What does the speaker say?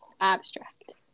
Abstract